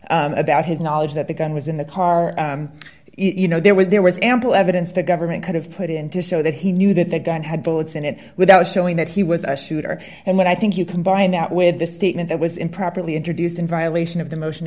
about his knowledge that the gun was in the car you know there were there was ample evidence the government could have put in to show that he knew that the gun had bullets in it without showing that he was a shooter and what i think you can buy now with this statement that was improperly introduced in violation of the motion